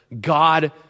God